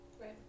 Right